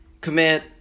commit